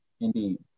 Indeed